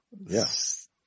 Yes